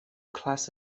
class